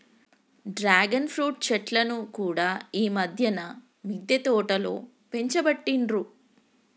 dragon fruit చెట్లను కూడా ఈ మధ్యన మిద్దె తోటలో పెంచబట్టిండ్రు